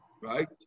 Right